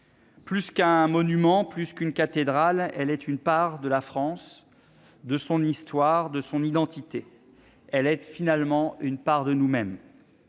Plus qu'un monument, plus qu'une cathédrale, elle est une part de la France, de son histoire, de son identité. Elle est une part de nous-mêmes.